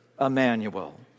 Emmanuel